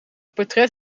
portret